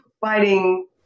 fighting